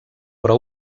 però